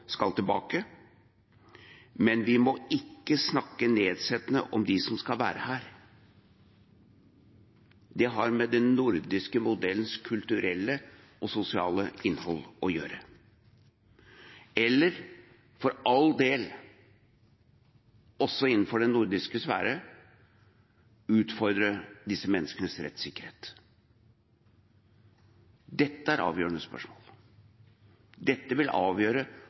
skal tilbake, men vi må ikke snakke nedsettende om dem som skal være her. Det har med den nordiske modellens kulturelle og sosiale innhold å gjøre. Vi må for all del heller ikke – innenfor den nordiske sfæren – utfordre disse menneskenes rettssikkerhet. Dette er avgjørende spørsmål. Dette vil avgjøre